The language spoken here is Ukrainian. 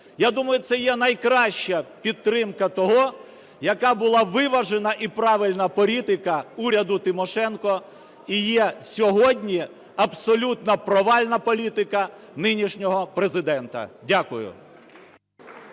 Я думаю, це є найкраща підтримка того, яка була виважена і правильна політика уряду Тимошенко і є сьогодні абсолютно провальна політика нинішнього Президента. Дякую.